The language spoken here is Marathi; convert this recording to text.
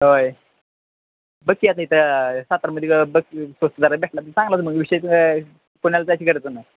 होय बघ की आता इथं सातारमध्ये बघ विषय पुण्याला जायची गरज नाही